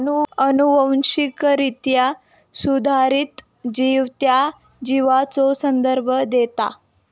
अनुवांशिकरित्या सुधारित जीव त्या जीवाचो संदर्भ देता